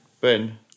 Ben